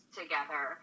together